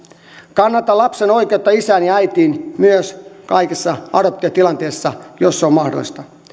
kannatan lapsen oikeutta isään ja äitiin myös kaikissa adoptiotilanteissa jos se on mahdollista